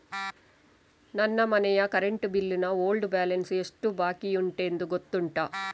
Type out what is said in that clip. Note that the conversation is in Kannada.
ನನ್ನ ಮನೆಯ ಕರೆಂಟ್ ಬಿಲ್ ನ ಓಲ್ಡ್ ಬ್ಯಾಲೆನ್ಸ್ ಎಷ್ಟು ಬಾಕಿಯುಂಟೆಂದು ಗೊತ್ತುಂಟ?